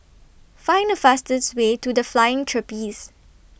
Find The fastest Way to The Flying Trapeze